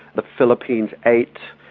the philippines eight.